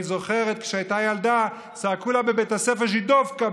היא זוכרת שכשהיא הייתה ילדה צעקו לה בבית הספר "ז'ידובקה",